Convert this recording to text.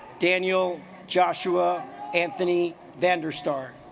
daniel joshua anthony van der star